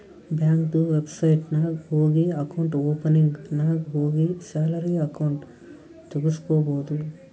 ಬ್ಯಾಂಕ್ದು ವೆಬ್ಸೈಟ್ ನಾಗ್ ಹೋಗಿ ಅಕೌಂಟ್ ಓಪನಿಂಗ್ ನಾಗ್ ಹೋಗಿ ಸ್ಯಾಲರಿ ಅಕೌಂಟ್ ತೆಗುಸ್ಕೊಬೋದು